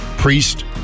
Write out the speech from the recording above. priest